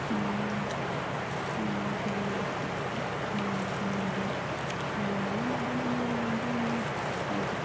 ಹ್ಞೂ ಎಲ್ಲ ಚೆನ್ನಾಗಿತ್ತು ಚೆನ್ನಾಗೈತೆ ಅಂದರು ಆಮೇಲೆ ಮಧ್ಯಾಹ್ನ ಮೂರು ಗಂಟೆ ಹಂಗೆ ಹೋದ್ರು